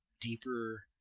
deeper